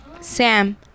Sam